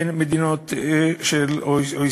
בין מדינות ה-OECD.